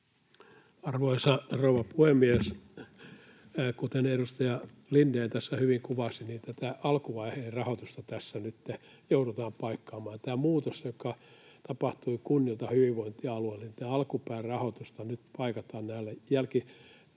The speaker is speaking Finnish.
Arvoisa rouva puhemies! Kuten edustaja Lindén tässä hyvin kuvasikin, tätä alkuvaiheen rahoitusta tässä nytten joudutaan paikkaamaan. Kun tämä muutos tapahtui kunnilta hyvinvointialueille, niin alkupään rahoitusta nyt paikataan jälkikäteistarkastuksilla